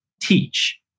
teach